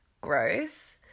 Gross